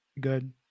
Good